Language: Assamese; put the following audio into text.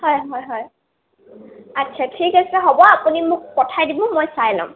হয় হয় হয় আচ্ছা ঠিক আছে হ'ব আপুনি মোক পঠাই দিব মই চাই ল'ম